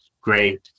great